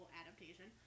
adaptation